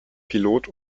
pilot